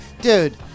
dude